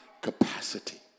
capacity